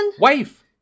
Wife